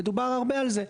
ודובר הרבה על זה,